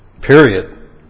period